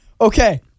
okay